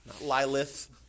Lilith